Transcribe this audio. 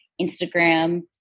Instagram